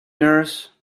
nurse